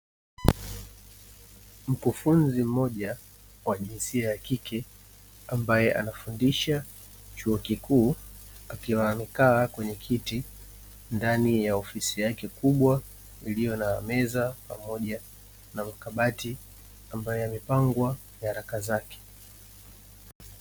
Mkufunzi mmoja kwa jinsia ya kike ambaye anafundisha chuo kikuu akiwa amekaa kwenye kiti, ndani ya ofisi yake kubwa iliyo na meza, pamoja na makabati ambayo yamepangwa ya karatasi zake.